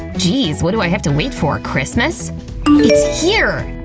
geez, what do i have to wait for, christmas? it's here!